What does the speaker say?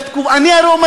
אני הרי אומר,